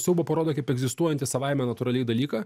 siaubą parodo kaip egzistuojantį savaime natūraliai dalyką